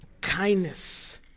Kindness